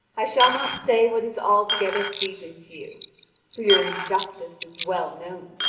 i shall not say what is altogether pleasing to you for your injustice is well known.